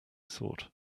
thought